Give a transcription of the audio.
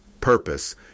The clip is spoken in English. purpose